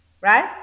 right